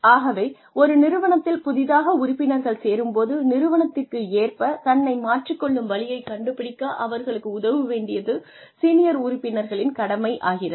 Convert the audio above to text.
ஆகவே ஒரு நிறுவனத்தில் புதிதாக உறுப்பினர்கள் சேரும் போது நிறுவனத்திற்கு ஏற்ப தன்னை மாற்றிக் கொள்ளும் வழியை கண்டுபிடிக்க அவர்களுக்கு உதவ வேண்டியது சீனியர் உறுப்பினர்களின் கடமை ஆகிறது